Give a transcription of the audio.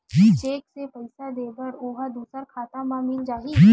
Cheque से पईसा दे बर ओहा दुसर खाता म मिल जाही?